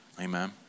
Amen